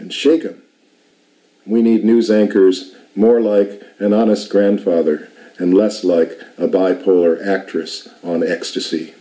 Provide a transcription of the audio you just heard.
and shrink and we need news anchors more like an honest grandfather and less like a bipolar actress on ecstasy